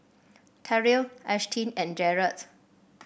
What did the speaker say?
Terrill Ashtyn and Jaret